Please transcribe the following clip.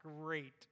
great